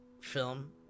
film